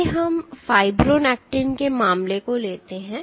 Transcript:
आइए हम फाइब्रोनेक्टिन के मामले को लेते हैं